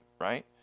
right